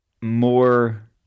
more